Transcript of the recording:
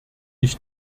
ich